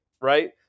right